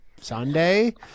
Sunday